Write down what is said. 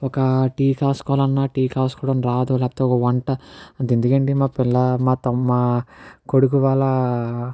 ఒక టీ కాచు కోవాలన్నా టీ కాచుకోవడం రాదు లేకపోతే ఒక వంట అంత ఎందుకండి మా పిల్ల మా త నా కొడుకు వాళ్ళ